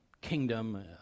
kingdom